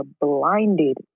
blinded